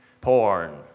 porn